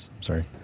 sorry